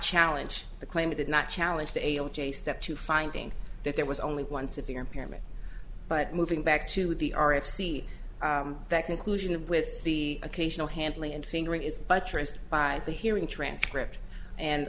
challenge the claim he did not challenge to o j step to finding that there was only one severe impairment but moving back to the r f c that conclusion and with the occasional handling and fingering is buttressed by the hearing transcript and